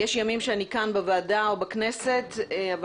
יש ימים שאני כאן בוועדה או בכנסת אבל